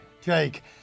Jake